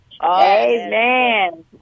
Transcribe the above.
Amen